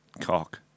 cock